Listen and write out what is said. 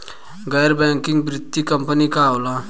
गैर बैकिंग वित्तीय कंपनी का होला?